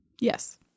Yes